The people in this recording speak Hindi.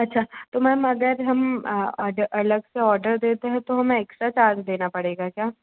अच्छा तो मैम अगर हम आज अलग से औडर देते हैं तो हमें एक्स्ट्रा चार्ज देना पड़ेगा क्या